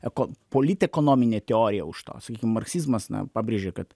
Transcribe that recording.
eko politekonominę teoriją už to sakykim marksizmas na pabrėžė kad